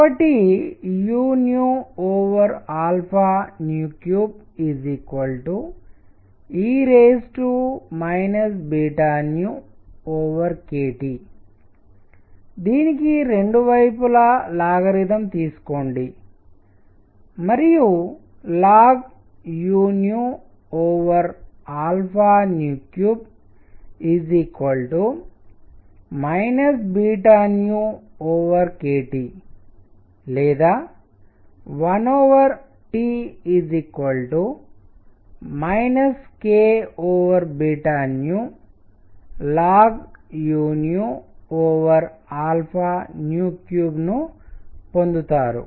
కాబట్టి u 3e kT దీనికి రెండు వైపులా లాగరిథమ్ తీసుకోండి మరియు ln u 3 kT లేదా 1T kln u 3ను పొందుతారు